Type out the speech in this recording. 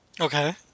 Okay